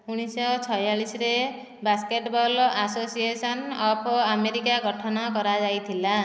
ଉଣାଇଶଶହ ଛୟାଳିଶରେ basketball association of America ଗଠନ କରାଯାଇଥିଲା